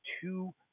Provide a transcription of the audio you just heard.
two